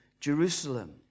Jerusalem